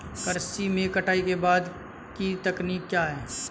कृषि में कटाई के बाद की तकनीक क्या है?